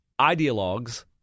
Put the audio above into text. ideologues